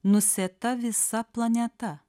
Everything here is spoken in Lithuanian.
nusėta visa planeta